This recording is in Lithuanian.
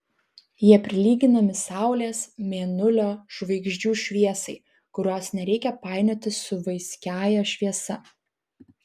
jie prilyginami saulės mėnulio žvaigždžių šviesai kurios nereikia painioti su vaiskiąja šviesa